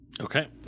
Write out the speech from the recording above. Okay